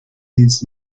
needs